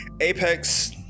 apex